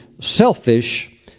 selfish